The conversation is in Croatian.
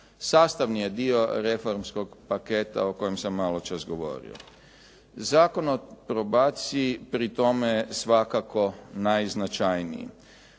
sastavni je dio reformskog paketa o kojem sam maločas govorio. Zakon o probaciji pri tome je svakako najznačajniji.